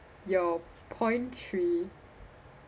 your point three